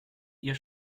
ihr